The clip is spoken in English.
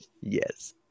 Yes